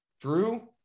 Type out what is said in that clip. Drew